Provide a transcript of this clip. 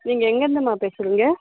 நீங்கள் எங்கேருந்தும்மா பேசுகிறீங்க